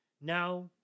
Now